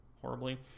horribly